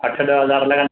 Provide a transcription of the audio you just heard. अठ ॾह हज़ार लॻंदा